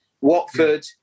Watford